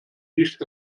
nicht